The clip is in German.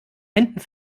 händen